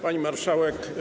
Pani Marszałek!